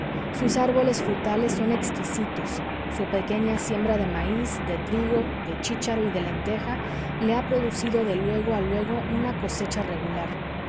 sus árboles frutales son exquisitos su pequeña siembra de maíz de trigo de chícharo y de lenteja le ha producido de luego a luego una cosecha regular